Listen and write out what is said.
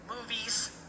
movies